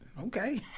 Okay